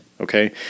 okay